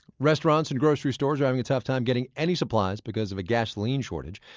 restaurants and grocery stores are having a tough time getting any supplies because of a gasoline shortage.